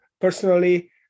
personally